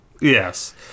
Yes